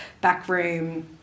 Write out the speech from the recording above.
backroom